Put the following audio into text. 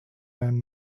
and